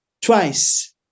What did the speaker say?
twice